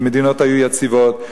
כשמדינות היו יציבות.